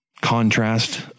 contrast